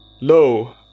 Lo